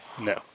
no